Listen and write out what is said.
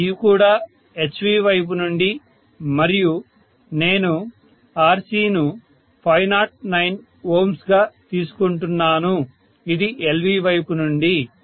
ఇది కూడా HV వైపు నుండి మరియు నేను RC ను 509Ω గా తీసుకుంటున్నాను ఇది LV వైపు నుండి